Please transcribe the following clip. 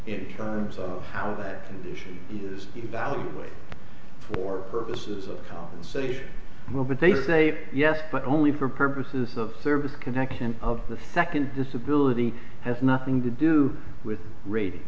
in terms of how that condition is evaluated for purposes of time so they will but they say yes but only for purposes of service connection of the second disability has nothing to do with ra